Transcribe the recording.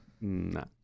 No